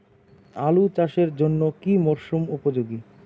আলু চাষের জন্য কি মরসুম উপযোগী?